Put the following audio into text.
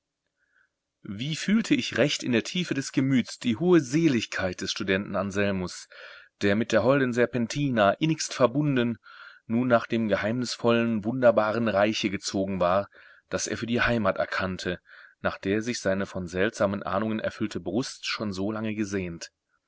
wie fühlte ich recht in der tiefe des gemüts die hohe seligkeit des studenten anselmus der mit der holden serpentina innigst verbunden nun nach dem geheimnisvollen wunderbaren reiche gezogen war das er für die heimat erkannte nach der sich seine von seltsamen ahnungen erfüllte brust schon so lange gesehnt